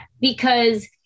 because-